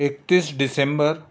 एकतीस डिसेंबर